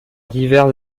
diverses